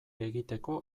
egiteko